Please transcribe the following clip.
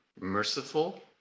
merciful